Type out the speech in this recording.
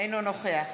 אינו נוכח